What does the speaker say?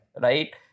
Right